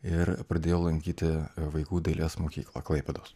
ir pradėjau lankyti vaikų dailės mokyklą klaipėdos